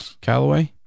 Callaway